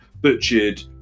butchered